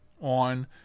on